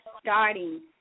starting